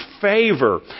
favor